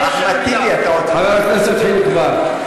חבר הכנסת חיליק בר.